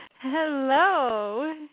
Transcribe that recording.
Hello